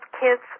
kids